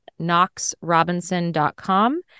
knoxrobinson.com